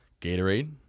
Gatorade